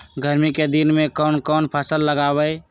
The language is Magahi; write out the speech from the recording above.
गर्मी के दिन में कौन कौन फसल लगबई?